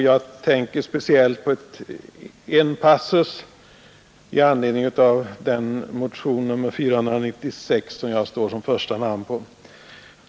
Jag avser speciellt en passus i anledning av motionen 496, som jag står som första namn på.